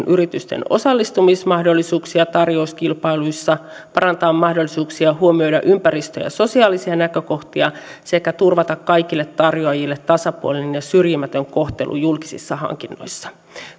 yritysten osallistumismahdollisuuksia tarjouskilpailuissa parantaa mahdollisuuksia huomioida ympäristö ja sosiaalisia näkökohtia sekä turvata kaikille tarjoajille tasapuolinen ja syrjimätön kohtelu julkisissa hankinnoissa